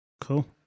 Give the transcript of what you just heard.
Cool